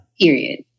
Period